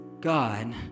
God